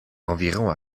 environ